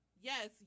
yes